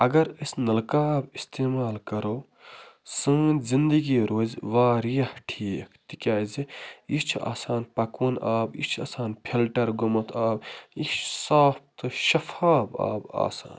اَگر أسۍ نَلکہٕ آب اِستعمال کَرو سٲنۍ زنٛدگی روزِ واریاہ ٹھیٖک تِکیٛازِ یہِ چھِ آسان پَکوُن آب یہِ چھِ آسان فِلٹَر گوٚمُت آب یہِ چھُ صاف تہٕ شَفاف آب آسان